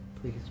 please